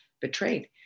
betrayed